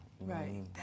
Right